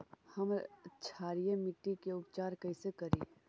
हम क्षारीय मिट्टी के उपचार कैसे करी?